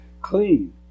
clean